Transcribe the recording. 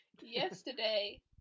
Yesterday